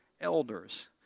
elders